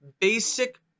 basic